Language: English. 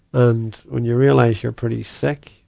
and when you realize you're pretty sick,